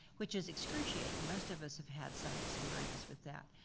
which is excruciating, most of us have had some experience with that.